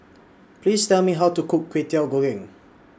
Please Tell Me How to Cook Kwetiau Goreng